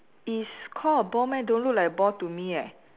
is call a ball meh don't look like a ball to me eh